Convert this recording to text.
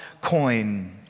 coin